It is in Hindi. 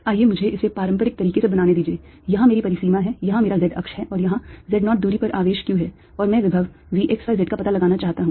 आइए मुझे इसे पारंपरिक तरीके से बनाने दीजिए यहाँ मेरी परिसीमा है यहाँ मेरा z अक्ष है और यहाँ z naught दूरी पर आवेश q है और मैं विभव V x y z का पता लगाना चाहता हूं